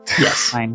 Yes